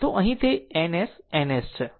તો અહીં તે N S N S